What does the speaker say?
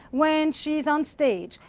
when she is onstage,